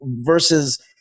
versus